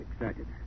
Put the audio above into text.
excited